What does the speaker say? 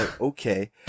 okay